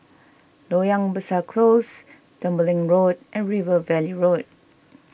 Loyang Besar Close Tembeling Road and River Valley Road